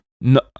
No